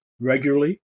regularly